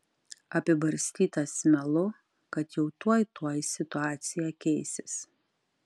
apibarstytas melu kad jau tuoj tuoj situacija keisis